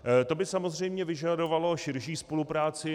To by samozřejmě vyžadovalo širší spolupráci.